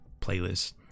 playlist